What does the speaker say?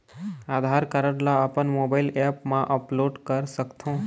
आधार card ला अपन mobile app मा अपलोड कर सकथों?